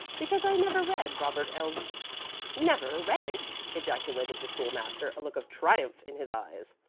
because i never read robert els never read it? ejaculated the school-master, a look of triumph in his eyes.